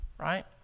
Right